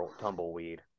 tumbleweed